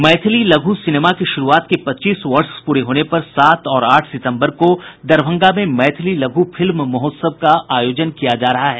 मैथिली लघु सिनेमा की शुरूआत के पच्चीस वर्ष प्ररे होने पर सात और आठ सितम्बर को दरभंगा में मैथिली लघु फिल्म महोत्सव का आयोजन किया जा रहा है